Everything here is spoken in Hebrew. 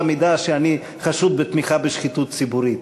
באותה מידה שאני חשוד בתמיכה בשחיתות ציבורית.